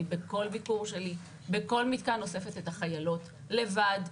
בכל ביקור שלי בכל מתקן אני אוספת את החיילות לבד,